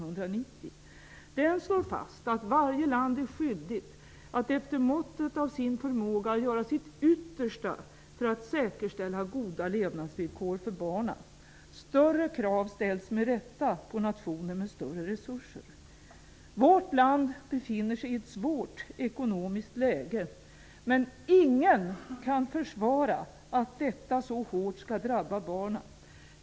Konventionen slår fast att varje land är skyldigt att efter måttet av sin förmåga göra sitt yttersta för att säkerställa goda levnadsvillkor för barnen. Större krav ställs med rätta på nationer med större resurser. Vårt land befinner sig i ett svårt ekonomiskt läge. Men ingen kan försvara att detta så hårt skall drabba barnen!